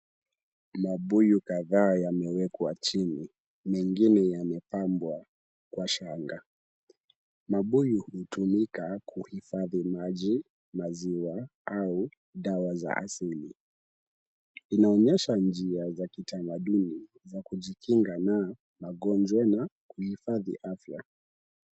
Mabuyu kadhaa yamewekwa chini mengine yamepambwa kwa shanga. Mabuyu hutumika kuhifadhi maji ,maziwa au dawa za asili. Inaonyesha ni njia za kitamaduni za kujikinga na magonjwa na kuhifadhi afya.